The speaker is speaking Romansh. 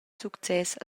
success